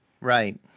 Right